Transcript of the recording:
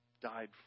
died